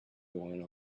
going